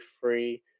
free